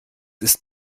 ist